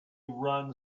run